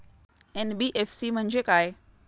NBFC म्हणजे काय?